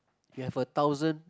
you have a thousand